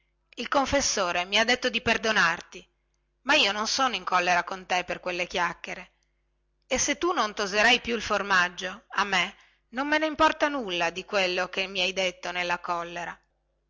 il confessore mi ha detto di perdonarti ma io non sono in collera con te per quelle chiacchiere e se tu non toserai più il formaggio a me non me ne importa nulla di quello che mi hai detto nella collera